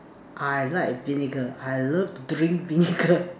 I like vinegar I love drink vinegar